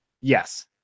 yes